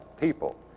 people